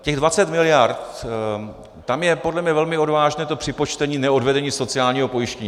Těch 20 mld., tam je podle mě velmi odvážné to připočtení neodvedení sociálního pojištění.